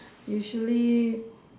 usually